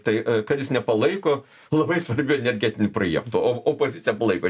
tai kad jis nepalaiko labai svarbių energetinių projektų o opozicija palaiko